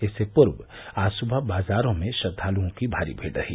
इससे पूर्व आज सुबह बाजारों में श्रद्वालुओं की भारी भीड़ रही